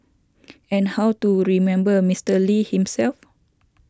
and how to remember Mister Lee himself